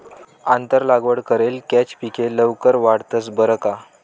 आंतर लागवड करेल कॅच पिके लवकर वाढतंस बरं का